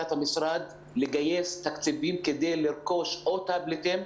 ולייצר ודאות לנרשמים לאוניברסיטאות,